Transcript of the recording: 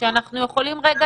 שאנחנו וועדה